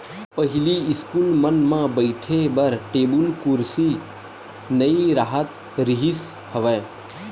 पहिली इस्कूल मन म बइठे बर टेबुल कुरसी नइ राहत रिहिस हवय